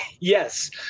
Yes